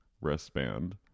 wristband